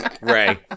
Ray